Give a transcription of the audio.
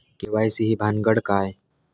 KYC ही भानगड काय?